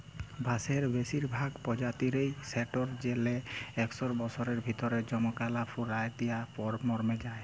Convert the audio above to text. বাঁসের বেসিরভাগ পজাতিয়েই সাট্যের লে একস বসরের ভিতরে জমকাল্যা ফুল দিয়ার পর মর্যে যায়